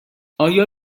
آیا